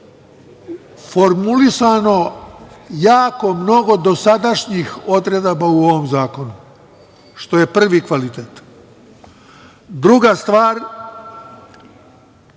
formulisano jako mnogo dosadašnjih odredaba u ovom zakonu, što je prvi kvalitet. Druga stvar,